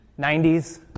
90s